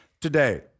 today